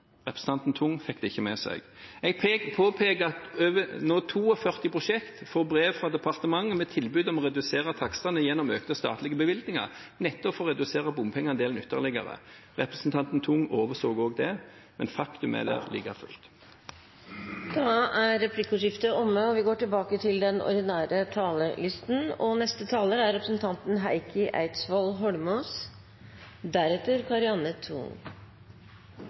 Representanten Tung fikk det ikke med seg. Jeg påpekte at 42 prosjekter får brev fra departementet med tilbud om å redusere takstene gjennom økte statlige bevilgninger nettopp for å redusere bompengeandelen ytterligere. Representanten Tung overså det også, men faktum er det like fullt. Replikkordskiftet er omme. Jeg skal være kort. Jeg synes at representanten Tung har gode argumenter og påpekninger, men det hun påpeker, er